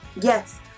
Yes